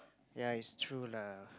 yea it's true lah